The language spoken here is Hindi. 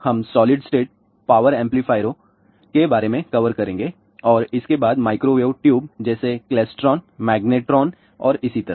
हम सॉलिड स्टेट पावर एम्पलीफायरों के बारे में कवर करेंगे और इसके बाद माइक्रोवेव ट्यूब जैसे क्लेस्ट्रॉन मैग्नेट्रोन और इसी तरह